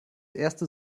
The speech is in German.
erste